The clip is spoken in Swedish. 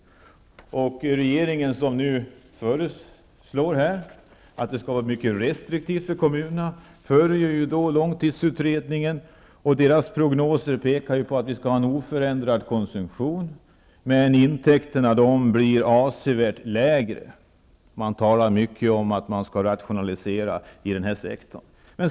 Regeringen föreslår att det skall bli mycket restriktivt för kommunerna. Långtidsutredningens prognoser pekar på att konsumtionen kommer att vara oförändrad, men intäkterna blir avsevärt lägre. Man talar mycket om att man skall rationalisera i den här sektorn.